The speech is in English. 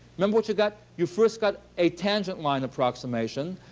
remember what you got? you first got a tangent line approximation.